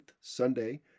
Sunday